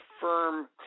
firm